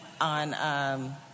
on